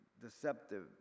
deceptive